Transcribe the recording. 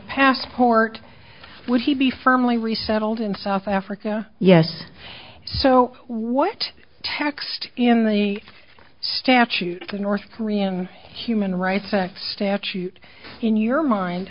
passport would he be firmly resettled in south africa yes so what text in the statute the north koreans human rights act statute in your mind